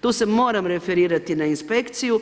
Tu se moram referirati na inspekciju,